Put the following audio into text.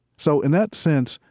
so in that sense,